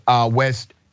West